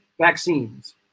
vaccines